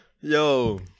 Yo